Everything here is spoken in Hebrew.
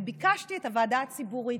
וביקשתי את הוועדה הציבורית.